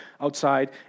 outside